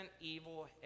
evil